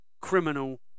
criminal